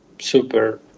super